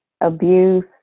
abuse